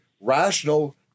rational